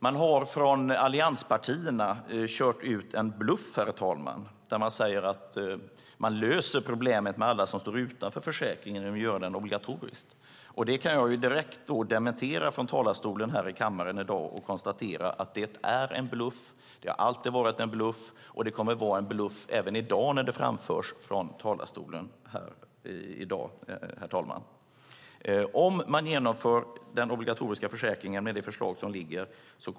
Man har från allianspartierna kört ut en bluff, herr talman, där man säger att man löser problemet med alla som står utanför försäkringen genom att göra den obligatorisk. Det kan jag direkt dementera här i kammaren i dag och konstatera att det är en bluff, att det alltid har varit en bluff och att det kommer att vara en bluff även när det framförs från talarstolen här i dag, herr talman.